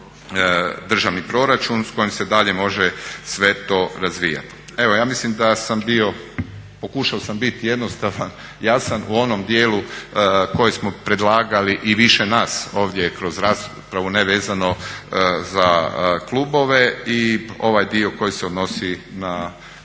i u državni proračun s kojim se dalje može sve to razvijati. Evo ja mislim da sam bio, pokušao sam biti jednostavan, jasan u onom dijelu koji smo predlagali i više nas kroz raspravu ne vezano za klubove i ovaj dio koji se odnosi na